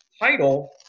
title